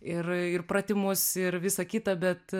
ir ir pratimus ir visa kita bet